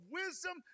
wisdom